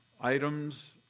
items